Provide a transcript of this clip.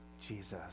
Jesus